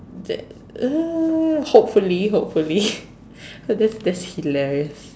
that uh hopefully hopefully that's that's hilarious